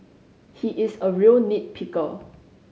he is a real nit picker